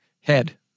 head